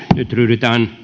nyt ryhdytään